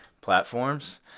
platforms